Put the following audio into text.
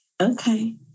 Okay